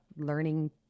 learning